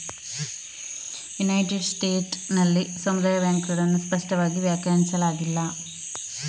United States ನಲ್ಲಿ ಸಮುದಾಯ ಬ್ಯಾಂಕುಗಳನ್ನು ಸ್ಪಷ್ಟವಾಗಿ ವ್ಯಾಖ್ಯಾನಿಸಲಾಗಿಲ್ಲ